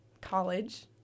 College